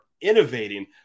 innovating